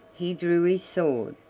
he drew his sword,